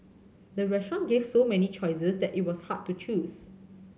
the restaurant gave so many choices that it was hard to choose